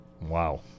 Wow